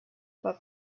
but